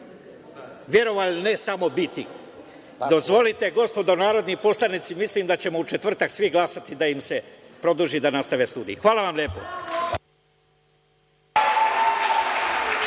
verovali ili ne, samo – biti. Dozvolite, gospodo narodni poslanici, mislim da ćemo u četvrtak svi glasati da im se produži da nastave studije. Hvala vam lepo.